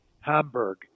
Hamburg